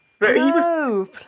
No